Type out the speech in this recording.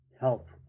help